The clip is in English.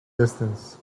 distance